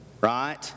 right